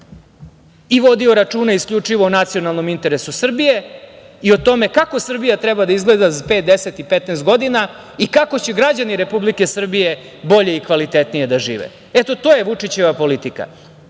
i vodio računa isključivo o nacionalnom interesu Srbije i o tome kako Srbija treba da izgleda za pet, deset i petnaest godina i kako će građani Republike Srbije bolje i kvalitetnije da žive. Eto, to je Vučićeva politika. Nije